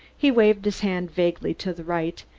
he waved his hand vaguely to the right,